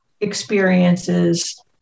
experiences